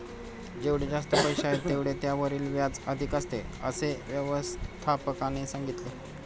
जेवढे जास्त पैसे आहेत, तेवढे त्यावरील व्याज अधिक असते, असे व्यवस्थापकाने सांगितले